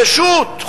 רשות,